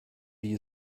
you